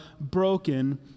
broken